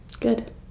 Good